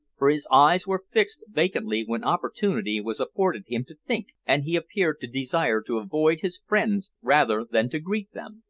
for his eyes were fixed vacantly when opportunity was afforded him to think, and he appeared to desire to avoid his friends rather than to greet them.